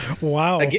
Wow